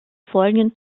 folgenden